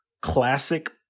classic